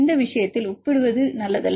இந்த விஷயத்தில் ஒப்பிடுவது நல்லதல்ல